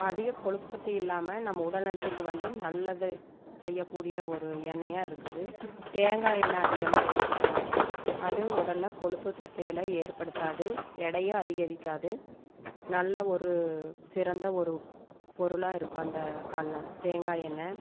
அதிக கொழுப்பு சத்து இல்லாமல் நம்ம உடல் நலத்திற்கு வந்து நல்லதை செய்யக்கூடிய ஒரு எண்ணெயாக இருக்குது தேங்காய் எண்ணெய் அதிகமாக எடுத்துக்கலாம் அது உடலில் கொழுப்பு சத்துயெல்லான் ஏற்படுத்தாது எடையும் அதிகரிக்காது நல்ல ஒரு சிறந்த ஒரு பொருளாக இருக்கும் அந்த கடல்ல தேங்காய் எண்ணெய்